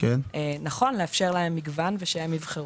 נכון לאפשר להם מגוון ושהם יבחרו,